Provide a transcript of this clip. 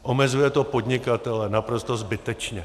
Omezuje to podnikatele naprosto zbytečně.